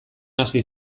hasi